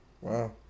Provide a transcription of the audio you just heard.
Wow